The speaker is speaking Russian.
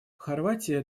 хорватия